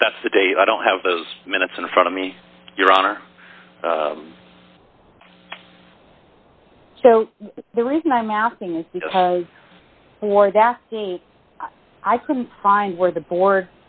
if that's the date i don't have those minutes in front of me your honor so the reason i'm asking is because for that i couldn't find where the board